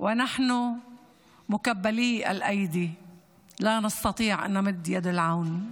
שידינו כבולות, אין ביכולתו להושיט יד לעזרה.